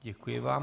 Děkuji vám.